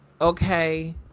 okay